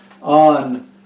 on